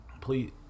Please